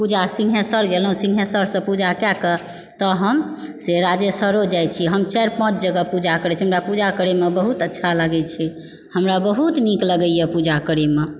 पूजा सिंघेश्वर गेलहुॅं सिंघेश्वरसँ पूजा कए कऽ तऽ से हम राजेश्वरो जाइ छी हम चारि पाँच जगह पूजा करै छी हमरा पूजा करय मे बहुत अच्छा लागै छै हमरा बहुत नीक लगइया पूजा करय मे